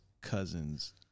cousin's